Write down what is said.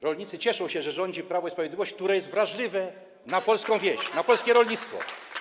Rolnicy cieszą się, że rządzi Prawo i Sprawiedliwość, które jest wrażliwe na polską wieś, na polskie rolnictwo.